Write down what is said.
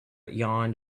yawned